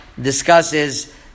discusses